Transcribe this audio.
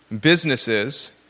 businesses